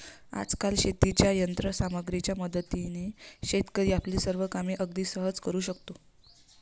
आजकाल शेतीच्या यंत्र सामग्रीच्या मदतीने शेतकरी आपली सर्व कामे अगदी सहज करू शकतो